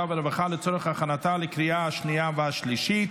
והרווחה לצורך הכנתה לקריאה השנייה והשלישית.